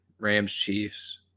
Rams-Chiefs